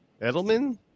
Edelman